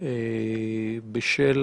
בשל